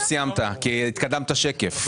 לא סיימת, כי התקדמת שקף.